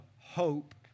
hope